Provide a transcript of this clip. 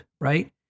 right